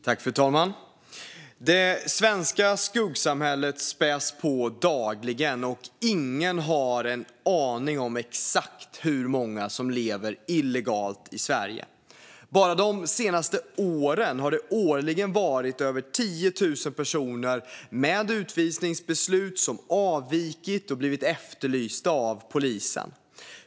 Fru talman! Det svenska skuggsamhället späs på dagligen, och ingen har en aning om exakt hur många som lever illegalt i Sverige. Bara de senaste åren har det årligen varit över 10 000 personer med utvisningsbeslut som avvikit och blivit efterlysta av polisen.